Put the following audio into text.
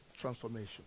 transformation